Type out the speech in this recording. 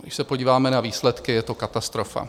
Když se podíváme na výsledky, je to katastrofa.